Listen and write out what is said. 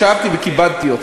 ישבתי וכיבדתי אותך.